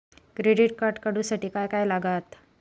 Credit card काढूसाठी काय काय लागत?